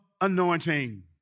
anointing